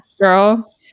girl